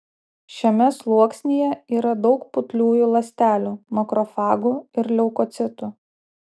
šiame sluoksnyje yra daug putliųjų ląstelių makrofagų ir leukocitų